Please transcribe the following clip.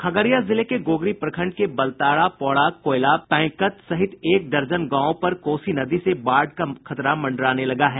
खगड़िया जिले के गोगरी प्रखंड के बलतारा पौड़ा कोयला पैंकत सहित एक दर्जन गांवों पर कोसी नदी से बाढ़ का खतरा मंडराने लगा है